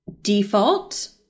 default